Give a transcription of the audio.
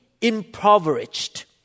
impoverished